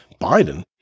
Biden